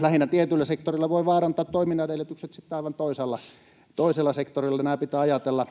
lähinnä tietyllä sektorilla voi vaarantaa toiminnan edellytykset sitten aivan toisella sektorilla. Nämä pitää ajatella